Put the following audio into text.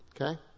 Okay